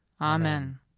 Amen